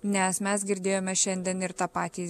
nes mes girdėjome šiandien ir tą patį